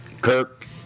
Kirk